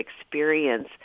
experience